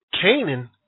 Canaan